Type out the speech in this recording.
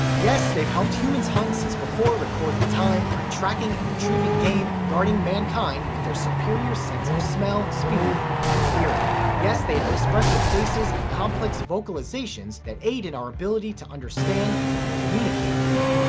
yes, they've helped humans hunt since before recorded time by tracking and retrieving game and guarding mankind with their superior sense of smell, speed and hearing. yes, they have expressive faces and complex vocalizations that aid in our ability to understand and communicate with them.